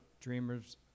dreamers